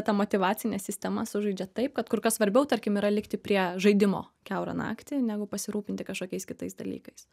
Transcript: ta motyvacinė sistema sužaidžia taip kad kur kas svarbiau tarkim yra likti prie žaidimo kiaurą naktį negu pasirūpinti kažkokiais kitais dalykais